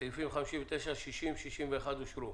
סעיפים 59,60 ו-61 אושרו.